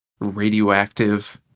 radioactive